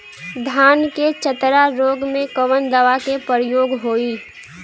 धान के चतरा रोग में कवन दवा के प्रयोग होई?